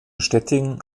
städten